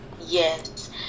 yes